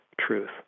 truth